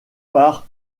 par